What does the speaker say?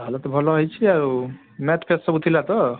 ହଉ ତାହେଲେ ତ ଭଲ ହେଇଛି ଆଉ ମ୍ୟାଥ୍ ଫ୍ୟାଥ୍ ସବୁ ଥିଲା ତ